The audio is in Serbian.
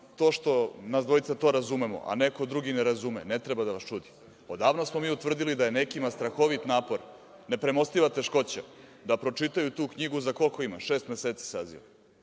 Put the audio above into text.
to što nas dvojica to razumemo, a neko drugi ne razume, ne treba da vas čudi. Odavno smo mi utvrdili da je nekima strahovit napor, nepremostiva teškoća da pročitaju tu knjigu za šest meseci, da